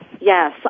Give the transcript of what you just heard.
Yes